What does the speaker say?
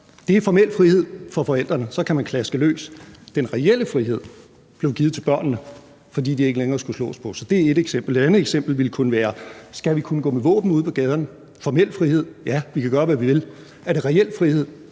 Det er formel frihed for forældrene – så kan de klaske løs. Den reelle frihed blev givet til børnene, fordi de ikke længere skulle slås på. Så det er et eksempel. Det andet eksempel ville kunne være, om vi skal kunne gå med våben ude på gaden. Formel frihed: Ja, vi kan gøre, hvad vi vil. Er det reel frihed?